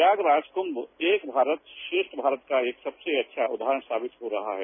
प्रयागराज कुंभ एक भारत श्रेष्ठ भारत का एक सबसे अच्छा उदाहरण साबित हो रहा है